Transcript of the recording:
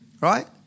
right